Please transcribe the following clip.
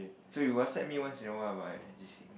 so you WhatsApp me once in a while but I ignore